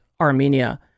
Armenia